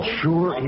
sure